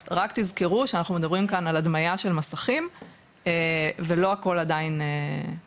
אז רק תזכרו שאנחנו מדברים כאן על הדמיה של מסכים ולא הכל עדיין קיים.